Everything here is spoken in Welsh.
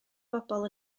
bobl